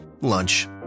Lunch